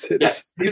Yes